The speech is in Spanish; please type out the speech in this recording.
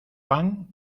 pan